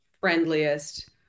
friendliest